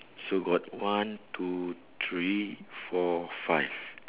so got one two three four five